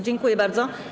Dziękuję bardzo.